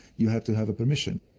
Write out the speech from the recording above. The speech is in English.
you had to have a permission.